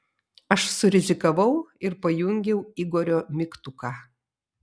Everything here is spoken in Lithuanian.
aš surizikavau ir pajungiau igorio mygtuką